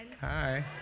Hi